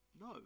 no